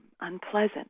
unpleasant